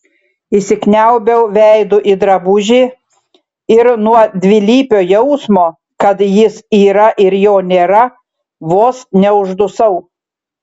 įsikniaubiau veidu į drabužį ir nuo dvilypio jausmo kad jis yra ir jo nėra vos neuždusau